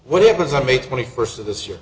what happens i'm a twenty first of this year